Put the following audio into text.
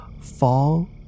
fall